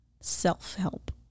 self-help